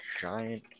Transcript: giant